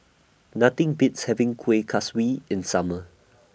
Nothing Beats having Kueh Kaswi in Summer